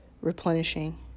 replenishing